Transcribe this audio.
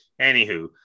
Anywho